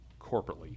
corporately